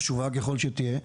חשובה ככל שתהיה?